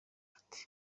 ati